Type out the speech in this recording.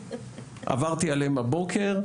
עברתי עליהן הבוקר,